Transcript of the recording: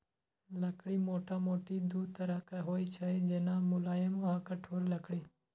लकड़ी मोटामोटी दू तरहक होइ छै, जेना, मुलायम आ कठोर लकड़ी